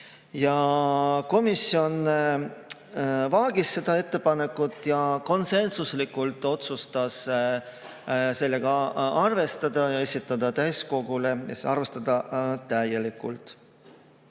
Komisjon vaagis seda ettepanekut ja konsensuslikult otsustas sellega arvestada, esitada täiskogule ja arvestada täielikult. Teine